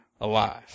alive